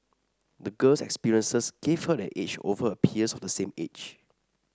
the girl's experiences gave her an edge over her peers of the same age